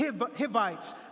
Hivites